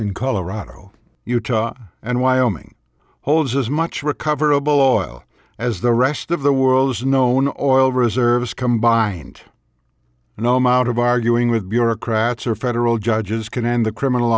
in colorado utah and wyoming holds as much recoverable oil as the rest of the world's known oil reserves combined no amount of arguing with bureaucrats or federal judges can end the criminal